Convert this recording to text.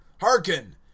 hearken